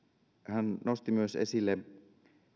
hän nosti esille myös